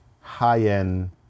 high-end